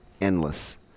endless